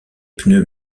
pneus